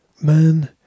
Man